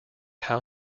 how